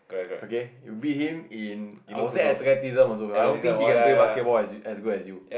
okay you beat him in I will say athleticism also I don't think he can play basketball as as good as you